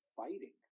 fighting